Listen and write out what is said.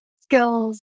skills